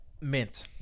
mint